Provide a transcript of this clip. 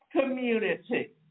community